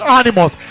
animals